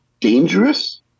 dangerous